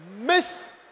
Miss